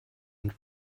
and